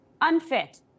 unfit